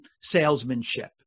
salesmanship